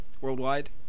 worldwide